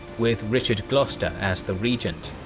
with richard gloucester as the regent.